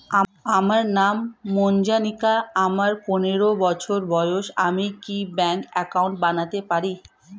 আমার নাম মজ্ঝন্তিকা, আমার পনেরো বছর বয়স, আমি কি ব্যঙ্কে একাউন্ট বানাতে পারি?